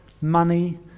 money